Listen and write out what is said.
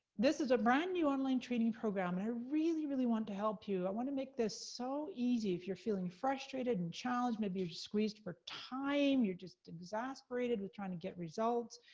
this is a brand new online training program, and i really, really want to help you. i wanna make this so easy, if you're feeling frustrated, and challenged, maybe you're just squeezed for time, you're just exasperated with trying to get results.